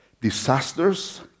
Disasters